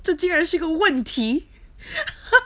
这竟然是个问题